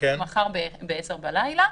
מחר בעשר בלילה,